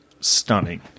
stunning